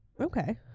okay